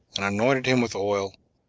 and anointed him with oil,